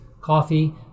coffee